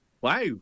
wow